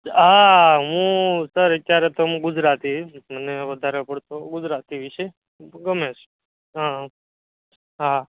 હા હું સર અત્યારે તો મુ ગુજરાતી મને વધારે પડતો ગુજરાતી વિષય ગમે છે હા હા